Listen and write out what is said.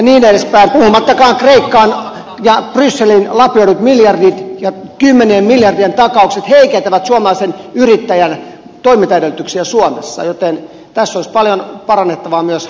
puhumattakaan siitä että kreikkaan ja brysseliin lapioidut miljardit ja kymmenien miljardien takaukset heikentävät suomalaisen yrittäjän toimintaedellytyksiä suomessa joten tässä olisi paljon parannettavaa myös